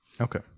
Okay